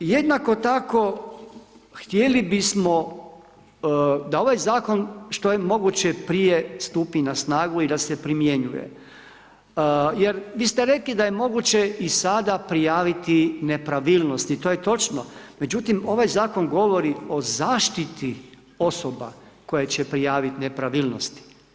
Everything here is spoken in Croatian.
Jednako tako htjeli bismo da ovaj Zakon što je moguće prije stupi na snagu i da se primjenjuje jer vi ste rekli da je moguće i sada prijaviti nepravilnosti, to je točno, međutim ovaj Zakon govori o zaštiti osoba koje će prijaviti nepravilnosti.